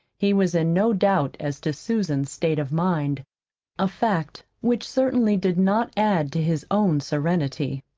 he was in no doubt as to susan's state of mind a fact which certainly did not add to his own serenity.